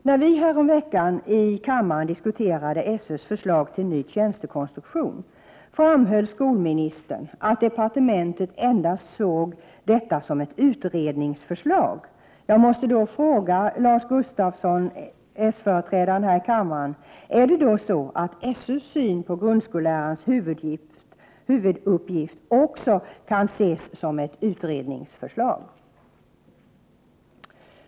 När vi häromveckan i kammaren diskuterade SÖ:s förslag till ny tjänstekonstruktion framhöll skolministern att departementet endast såg detta som ett utredningsförslag. Jag måste då fråga Lars Gustafsson, socialdemokraternas företrädare här i kammaren, om SÖ:s syn på grundskolelärarens huvuduppgift också skall ses som ett utredningsförslag?